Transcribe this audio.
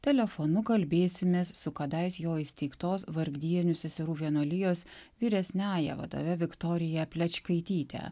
telefonu kalbėsimės su kadais jo įsteigtos vargdienių seserų vienuolijos vyresniąja vadove viktorija plečkaityte